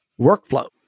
workflow